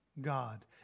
God